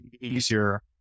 easier